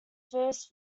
first